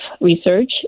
research